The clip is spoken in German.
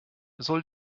soll